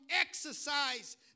exercise